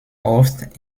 oft